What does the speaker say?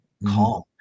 Calm